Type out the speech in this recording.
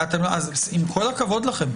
עם כל הכבוד לכם,